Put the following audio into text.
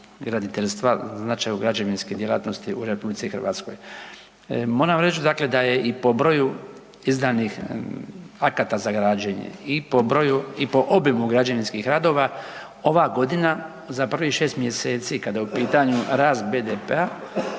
graditeljstva, značaju građevinske djelatnosti u Republici Hrvatskoj. Moram reći dakle da je i po broju izdanih akata za građenje i po broju i po obimu građevinskih radova ova godina za prvih 6 mjeseci kada je u pitanju rast BDP-a